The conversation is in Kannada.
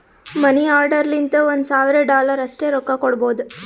ಮನಿ ಆರ್ಡರ್ ಲಿಂತ ಒಂದ್ ಸಾವಿರ ಡಾಲರ್ ಅಷ್ಟೇ ರೊಕ್ಕಾ ಕೊಡ್ಬೋದ